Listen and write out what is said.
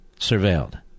surveilled